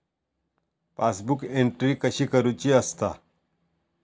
Passbook entry कशी करुची असता?